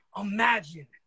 imagine